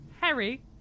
Harry